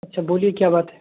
اچھا بولیے کیا بات ہے